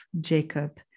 Jacob